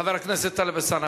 חבר הכנסת טלב אלסאנע,